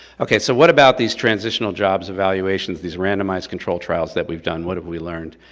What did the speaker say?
okay, so what about these transitional jobs evaluations, these randomized control trials that we've done, what have we learned?